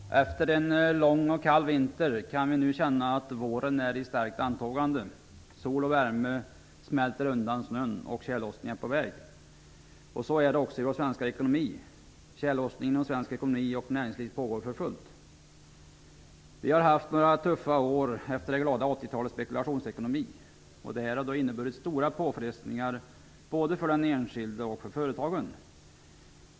Fru talman! Efter en lång och kall vinter kan vi nu känna att våren är i starkt antågande. Sol och värme smälter undan snön, och tjällossningen är på väg. Så är det också i vår svenska ekonomi. Tjällossningen inom svensk ekonomi och vårt näringsliv pågår för fullt. Vi har haft några tuffa år efter det glada 80-talets spekulationsekonomi. Detta har inneburit stora påfrestningar både för enskilda och för företagen.